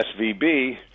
SVB